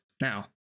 Now